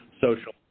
social